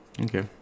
Okay